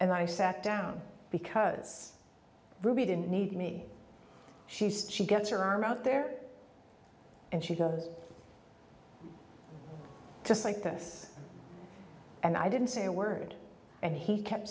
and i sat down because ruby didn't need me she said she gets her arm out there and she goes just like this and i didn't say a word and he kept